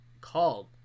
called